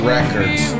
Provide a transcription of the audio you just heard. Records